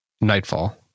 Nightfall